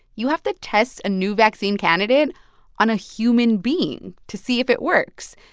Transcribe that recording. you have to test a new vaccine candidate on a human being to see if it works.